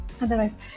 otherwise